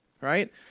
right